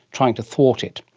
trying to thwart it.